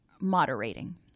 moderating